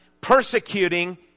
persecuting